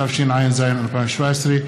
התשע"ז 2017,